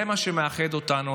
זה מה שמאחד אותנו,